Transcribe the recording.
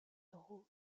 drôme